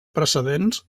precedents